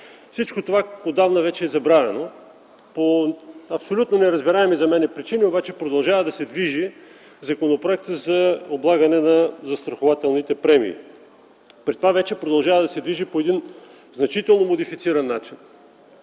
Всичко това отдавна вече е забравено. По абсолютно неразбираеми за мен причини обаче продължава да се движи Законопроектът за облагане на застрахователните премии. При това вече продължава да се движи по един значително модифициран начин.